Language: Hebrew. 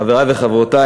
חברי וחברותי,